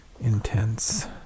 Intense